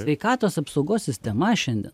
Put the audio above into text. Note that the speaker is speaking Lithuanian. sveikatos apsaugos sistema šiandien